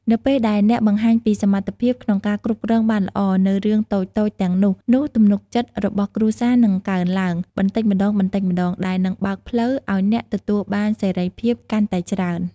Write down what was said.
នៅពេលដែលអ្នកបង្ហាញពី សមត្ថភាពក្នុងការគ្រប់គ្រងបានល្អ នូវរឿងតូចៗទាំងនោះ នោះ ទំនុកចិត្តរបស់គ្រួសារនឹងកើនឡើង បន្តិចម្តងៗ ដែលនឹងបើកផ្លូវឲ្យអ្នកទទួលបានសេរីភាពកាន់តែច្រើន។